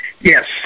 Yes